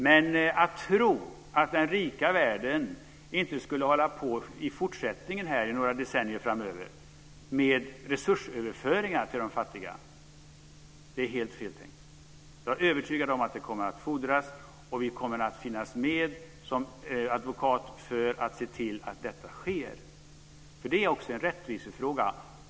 Men att tro att den rika världen inte skulle hålla på med resursöverföringar till den fattiga i några decennier framöver är helt fel tänkt. Jag är övertygad om att det kommer att fordras, och vi kommer att finnas med som advokat för att se till att detta sker. Det är också en rättvisefråga.